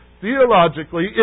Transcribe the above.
Theologically